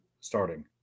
starting